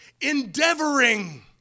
Endeavoring